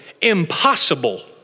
impossible